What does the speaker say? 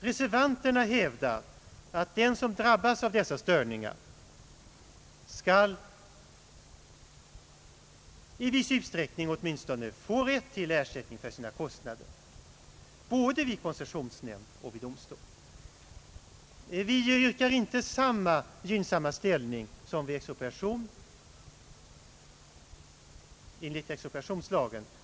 Reservanterna hävdar att den som drabbas av dessa störningar skall åtminstone i viss utsträckning få rätt till ersättning för sina kostnader både vid koncessionsnämnd och vid domstol. Vi yrkar inte på fullt samma gynnsamma ställning som ges enligt expropriationslagen.